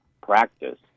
practice